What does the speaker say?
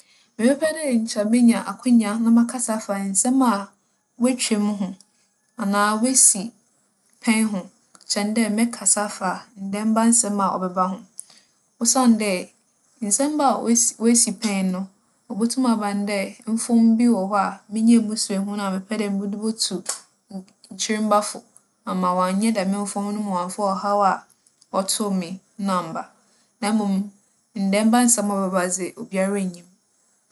Mebɛpɛ dɛ nkyɛ menya akwannya na makasa afa nsɛm a woetwa mu ho anaa woesi pɛn ho kyɛn dɛ mɛkasa afa ndaamba nsɛm a ͻbɛba ho. Osiandɛ, ndzɛmba a woesi - woesi pɛn no, obotum aba no dɛ mfom bi wͻ hͻ a minyaa mu suahu a mɛpɛ dɛ medze botu n - nkyirmba fo, ama wͻaannyɛ dɛm mfom no ma ͻammfa ͻhaw a ͻtoo me no ammba. Na mbom, ndaamba nsɛm a ͻbɛba dze, obiara nnyim.